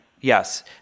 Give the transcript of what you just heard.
Yes